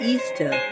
Easter